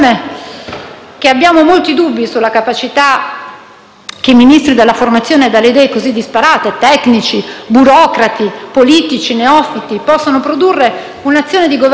abbiamo molti dubbi sulla capacità che i Ministri, dalla formazione e dalle idee così disparate (tecnici, burocrati, politici e neofiti), possano produrre un'azione di Governo efficace